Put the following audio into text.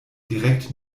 direkt